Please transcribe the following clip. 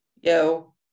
Yo